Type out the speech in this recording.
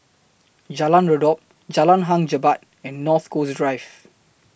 Jalan Redop Jalan Hang Jebat and North Coast Drive